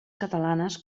catalanes